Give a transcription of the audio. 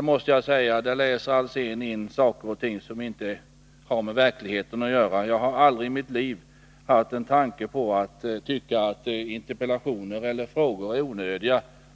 måste jag säga att Hans Alsén läser in sådant som inte har med verkligheten att göra. Jag har aldrig haft någon tanke på att tycka att interpellationer eller frågor är onödiga.